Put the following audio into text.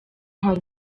hari